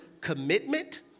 commitment